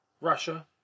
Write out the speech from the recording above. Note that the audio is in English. Russia